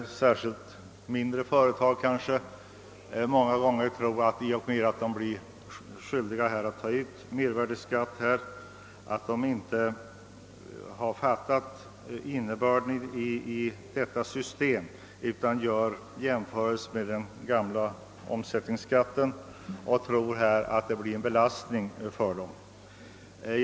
Särskilt inom mindre företag tycks man tro att man, i och med detta system, blir skyldig att ta ut mervärdeskatt som belastar deras företag. Det verkar som om dessa företagare inte helt har fattat innebörden i systemet utan gör jämförelser med den gamla omsättningsskatten och tror att mervärdeskattesystemet blir en belastning för dem.